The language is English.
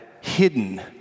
hidden